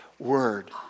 word